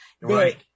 right